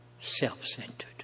self-centered